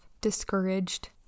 discouraged